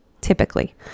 typically